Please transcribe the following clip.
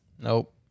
Nope